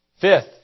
Fifth